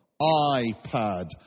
iPad